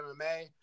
MMA